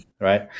right